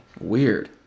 Weird